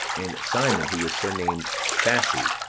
and simon, who was surnamed thasi